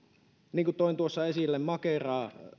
niin kuin toin tuossa esille makeraa